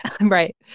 Right